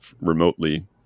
remotely